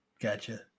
Gotcha